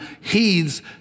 heeds